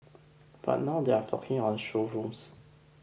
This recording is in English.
but now they are flocking on showrooms